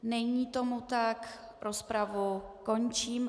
Není tomu tak, rozpravu končím.